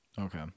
Okay